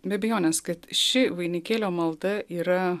be abejonės kad ši vainikėlio malda yra